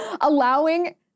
allowing